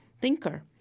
thinker